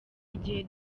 igihe